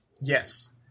Yes